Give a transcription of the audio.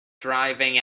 driving